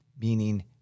meaning